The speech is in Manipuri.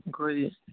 ꯑꯩꯈꯣꯏ